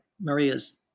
Maria's